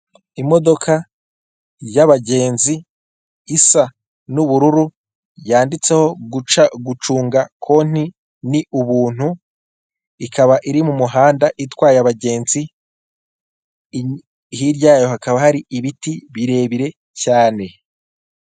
Imodoka y'abagenzi isa n'ubururu yanditseho gucunga konti ni ubuntu ikaba iri mu muhanda itwaye abagenzi, hirya yayo hakaba hari ibiti birebire cyane.